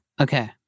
Okay